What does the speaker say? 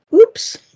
oops